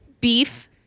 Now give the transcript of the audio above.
beef